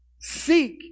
Seek